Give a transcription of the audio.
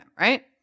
right